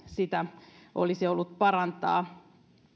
sitä olisikin ollut tarpeen parantaa